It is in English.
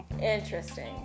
interesting